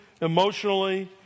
emotionally